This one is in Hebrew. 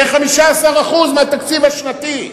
זה 15% מהתקציב השנתי.